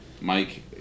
Mike